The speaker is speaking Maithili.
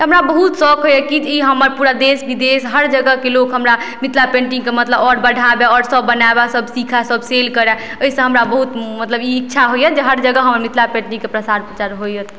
हमरा बहुत सओख होइए कि जे ई हमर पूरा देश विदेश हर जगहके लोक हमरा मिथिला पेन्टिंगके मतलब आओर बढ़ाबय आओर सब बनाबय सब सीखय सब सेल करय ओइसँ हमरा बहुत मतलब ई इच्छा होइए जे हर जगह हमर मिथिला पेन्टिंगके प्रसार प्रचार होइए